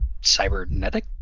Cybernetic